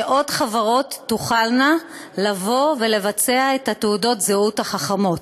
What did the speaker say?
שעוד חברות תוכלנה לבצע את תעודות הזהות החכמות.